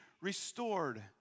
restored